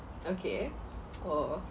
okay oh